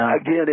again